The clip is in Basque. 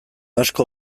asko